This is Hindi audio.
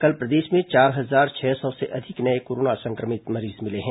कल प्रदेश में चार हजार छह सौ से अधिक नये कोरोना संक्रमित मरीज मिले हैं